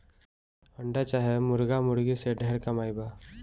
अंडा चाहे मुर्गा मुर्गी से ढेर कमाई बा